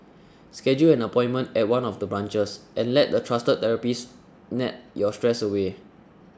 schedule an appointment at one of the branches and let the trusted therapists knead your stress away